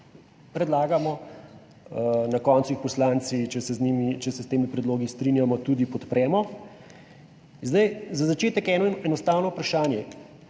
predlagamo, na koncu jih poslanci, če se s temi predlogi strinjamo, tudi podpremo. Za začetek eno enostavno vprašanje.